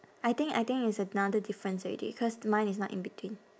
I think I think it's another difference already cause mine is not in between